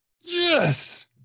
yes